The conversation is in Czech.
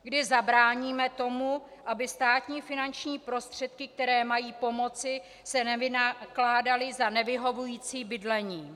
Kdy zabráníme tomu, aby státní finanční prostředky, které mají pomoci, se nevynakládaly za nevyhovující bydlení?